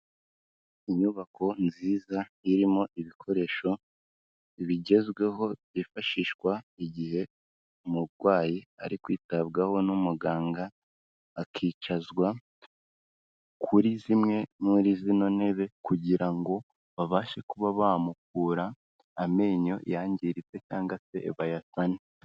Inyubako nziza irimo ibikoresho bigezweho byifashishwa igihe umurwayi ari kwitabwaho n'umuganga, akicazwa kuri zimwe muri zino ntebe kugira ngo babashe kuba bamukura amenyo yangiritse cyangwa se bayasane.